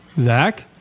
Zach